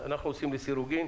אנחנו עושים לסירוגין,